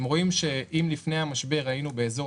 אתם רואים שאם לפני המשבר היינו באזור